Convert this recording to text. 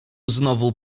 znowu